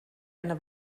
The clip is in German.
eine